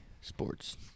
sports